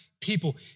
people